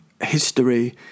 history